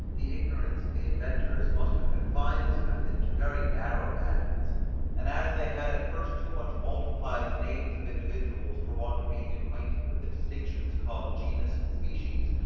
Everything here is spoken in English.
the ignorance of the inventors must have confined this method to very narrow bounds and as they had at first too much multiplied the names of individuals for want of being acquainted with the distinctions called genus and species,